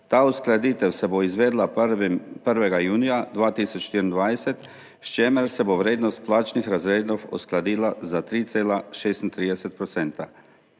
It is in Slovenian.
Ta uskladitev se bo izvedla 1. junija 2024, s čimer se bo vrednost plačnih razredov uskladila za 3,36